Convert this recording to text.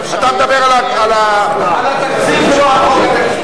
אתה מדבר על, על התקציב ולא על חוק התקציב.